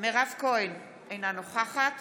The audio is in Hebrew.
מירב כהן, אינה נוכחת